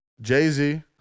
Jay-Z